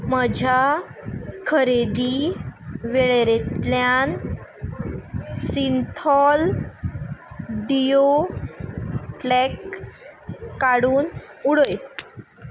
म्हज्या खरेदी वेळेरेंतल्यान सिंथॉल डियो क्लॅक काडून उडय